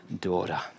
daughter